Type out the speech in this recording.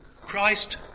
Christ